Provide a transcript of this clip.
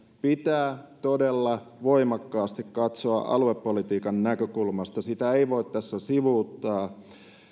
pitää todella voimakkaasti katsoa aluepolitiikan näkökulmasta sitä ei voi tässä sivuuttaa